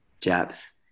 depth